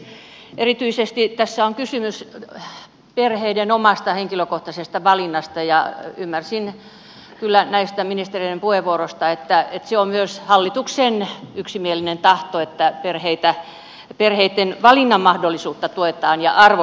erityisesti tässä on kysymys perheiden omasta henkilökohtaisesta valinnasta ja ymmärsin kyllä näistä ministerien puheenvuoroista että se on myös hallituksen yksimielinen tahto että perheitten valinnanmahdollisuutta tuetaan ja arvostetaan